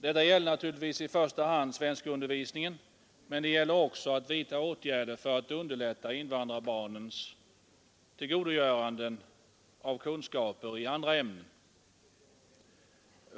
Detta gäller naturligtvis i första hand svenskundervisningen, men det gäller också att vidta åtgärder för att underlätta invandrarbarnens tillgodogörande av kunskaper i andra ämnen.